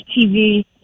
TV